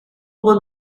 one